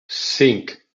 cinc